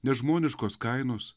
nežmoniškos kainos